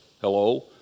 Hello